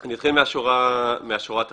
אני אתחיל מהשורה התחתונה.